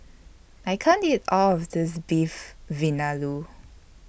I can't eat All of This Beef Vindaloo